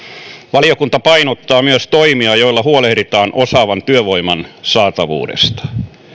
valiokunta painottaa myös toimia joilla huolehditaan osaavan työvoiman saatavuudesta